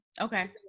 Okay